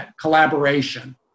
collaboration